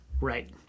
Right